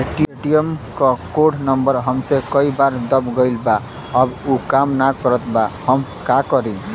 ATM क code number हमसे कई बार दब गईल बा अब उ काम ना करत बा हम का करी?